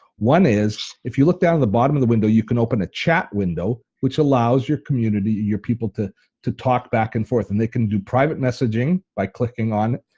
one is, if you look down at the bottom of the window, you can open a chat window which allows your community, your people to to talk back and forth and they can do private messaging by clicking on